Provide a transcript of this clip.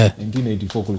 1984